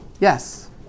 Yes